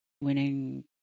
Winning